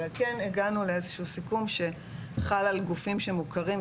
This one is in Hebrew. אבל כן הגענו לאיזשהו סיכום שחל על גופים שמוכרים,